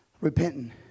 repenting